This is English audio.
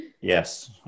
Yes